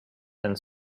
and